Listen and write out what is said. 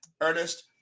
Ernest